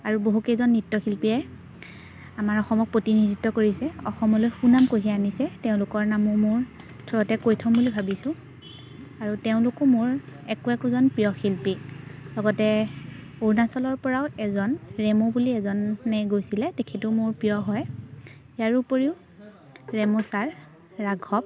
আৰু বহুকেইজন নৃত্যশিল্পীয়ে আমাৰ অসমক প্ৰতিনিধিত্ব কৰিছে অসমলৈ সুনাম কঢ়িয়াই আনিছে তেওঁলোকৰ নামো মোৰ থোৰতে কৈ থ'ম বুলি ভাবিছোঁ আৰু তেওঁলোকো মোৰ একো একোজন প্ৰিয় শিল্পী লগতে অৰুণাচলৰপৰাও এজন ৰেমু বুলি এজনে গৈছিলে তেখেতো মোৰ প্ৰিয় হয় ইয়াৰোপৰিও ৰেমুছাৰ ৰাঘৱ